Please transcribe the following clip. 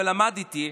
למדתי,